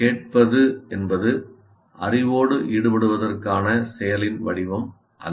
கேட்பது என்பது அறிவோடு ஈடுபடுவதற்கான செயலின் வடிவம் அல்ல